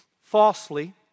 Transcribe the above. falsely